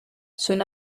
soon